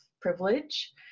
privilege